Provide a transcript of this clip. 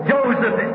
Joseph